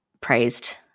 praised